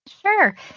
Sure